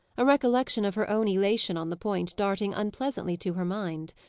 a recollection of her own elation on the point darting unpleasantly to her mind.